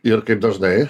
ir kaip dažnai